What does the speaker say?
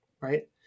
right